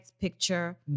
picture